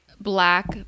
black